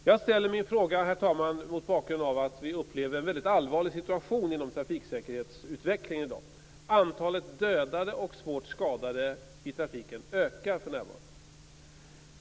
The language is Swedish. Jag ställer min fråga mot bakgrund av att vi upplever en väldigt allvarlig situation inom trafiksäkerhetsutvecklingen i dag. Antalet dödade och svårt skadade i trafiken ökar för närvarande.